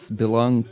belong